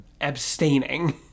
abstaining